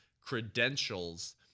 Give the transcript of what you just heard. credentials